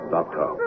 Doctor